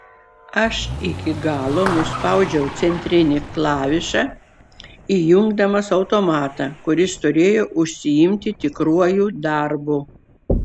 aš iki galo nuspaudžiau centrinį klavišą įjungdamas automatą kuris turėjo užsiimti tikruoju darbu